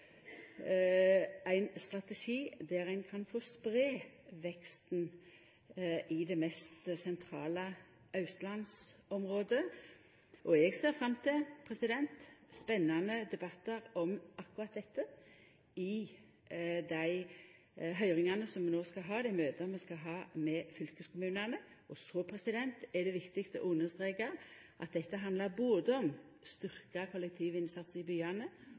ein strategi der ein kan få spreia veksten i det mest sentrale austlandsområdet. Eg ser fram til spennande debattar om akkurat dette i dei høyringane, dei møta vi no skal ha med fylkeskommunane. Så er det viktig å understreka at dette handlar både om ein styrkt kollektivinnsats i byane